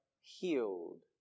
healed